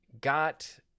got